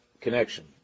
connection